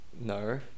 no